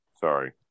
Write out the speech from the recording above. sorry